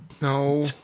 No